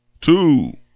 two